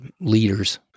leaders